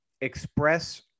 express